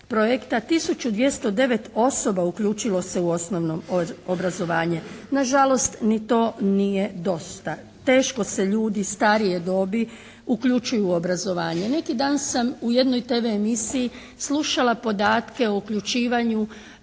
projekta tisuću 209 osoba uključilo se u osnovno obrazovanje. Nažalost, ni to nije dosta. Teško se ljudi starije dobi uključuju u obrazovanje. Neki dan sam u jednom TV emisiji slušala podatke o uključivanju